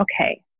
okay